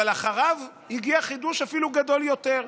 אבל אחריו הגיע חידוש אפילו גדול יותר.